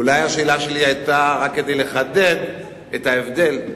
אולי השאלה שלי היתה רק כדי לחדד את ההבדל,